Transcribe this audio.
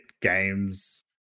games